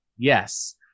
yes